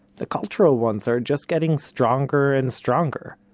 the cultural ones are just getting stronger and stronger.